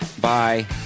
Bye